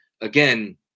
again